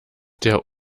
der